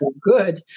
good